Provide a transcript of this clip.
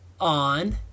on